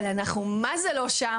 אבל אנחנו מה זה לא שם.